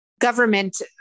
government